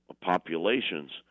populations